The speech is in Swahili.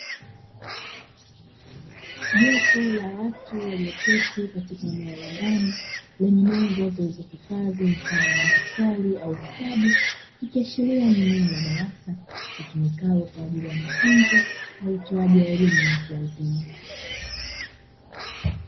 Jopo la watu walioketi katika eneo la ndani lenye meza zilizohifadhi mfano wa madaftari au vitabu, ikiashiria kua ni eneo la darasa litumikalo kwa ajili ya mafunzo na utoaji wa elimu ya watu wazima.